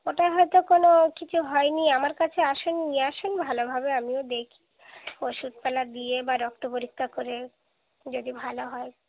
ওটায় হয়তো কোনো কিছু হয় নি আমার কাছে আসুন নিয়ে আসুন ভালোভাবে আমিও দেখি ওষুধপালা দিয়ে বা রক্ত পরীক্ষা করে যদি ভালো হয়